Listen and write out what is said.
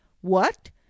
What